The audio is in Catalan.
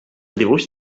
dibuix